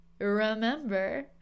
remember